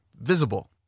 visible